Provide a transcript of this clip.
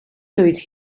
zoiets